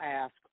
ask